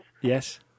Yes